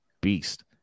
beast